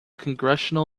congressional